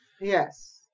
Yes